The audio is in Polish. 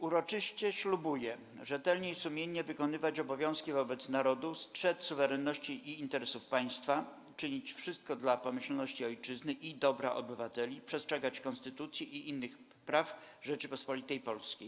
Uroczyście ślubuję rzetelnie i sumiennie wykonywać obowiązki wobec Narodu, strzec suwerenności i interesów Państwa, czynić wszystko dla pomyślności Ojczyzny i dobra obywateli, przestrzegać Konstytucji i innych praw Rzeczypospolitej Polskiej”